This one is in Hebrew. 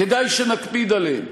כדאי שנקפיד עליהם.